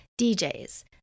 DJs